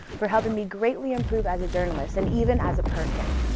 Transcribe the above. for helping me greatly improve as a journalist and even as a person.